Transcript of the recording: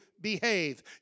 behave